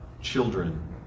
children